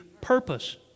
purpose